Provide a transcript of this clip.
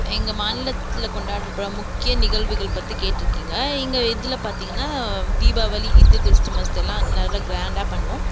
எங்கள் மாநிலத்தில் கொண்டாடுற பல முக்கிய நிகழ்வுகள் பற்றி கேட்டுருக்கிங்க எங்கள் இதில் பார்த்திங்ன்னா தீபாவளி இந்து கிறிஸ்மஸ்த்துலாம் நல்லா கிராண்டா பண்ணுவோம்